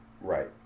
Right